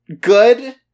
good